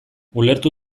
ulertu